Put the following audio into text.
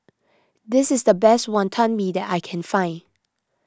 this is the best Wonton Mee that I can find